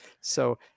So-